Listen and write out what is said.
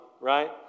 right